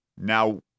Now